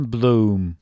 Bloom